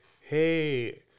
hey